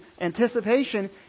anticipation